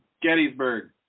Gettysburg